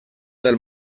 del